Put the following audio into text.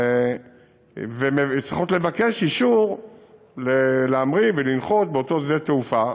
הן צריכות לבקש אישור להמריא ולנחות באותו שדה תעופה,